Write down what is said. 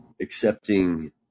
accepting